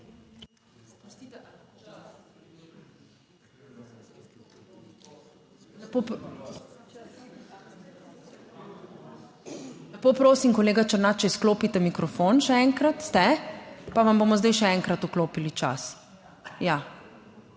prosim, kolega Černač, če izklopite mikrofon še enkrat. Ste? Vam bomo zdaj še enkrat vklopili čas. Ja,